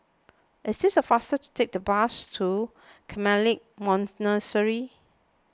It is faster to take the bus to Carmelite Monastery